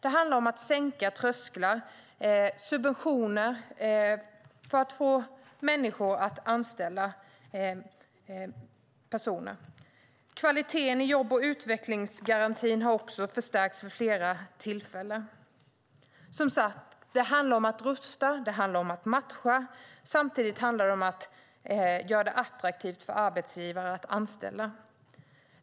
Det handlar om att sänka trösklar och ge subventioner för att få människor att anställa personer. Kvaliteten i jobb och utvecklingsgarantin har också förstärkts vid flera tillfällen. Som sagt: Det handlar om att rusta, det handlar om att matcha och det handlar om att göra det attraktivt för arbetsgivare att anställa.